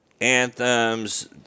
anthems